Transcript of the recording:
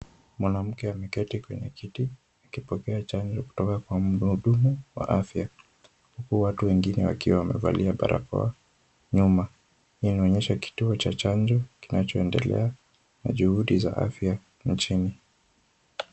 Mwanamke ameketi kwenye kiti akipokea chanjo kutoka kwa mhudumu wa afya, huku watu wengine wakiwa wamevalia barakoa .Nyuma inaonyesha kituo cha chanjo kinachoendelea na juhudi za afya nchini.